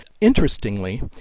Interestingly